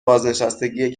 بازنشستگی